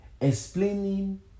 explaining